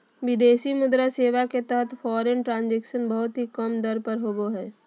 विदेशी मुद्रा सेवा के तहत फॉरेन ट्रांजक्शन बहुत ही कम दर पर होवो हय